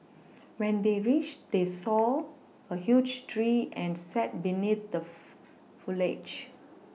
when they reached they saw a huge tree and sat beneath the foliage